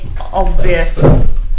obvious